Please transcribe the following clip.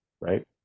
right